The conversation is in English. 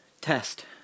test